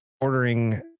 ordering